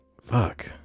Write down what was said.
Fuck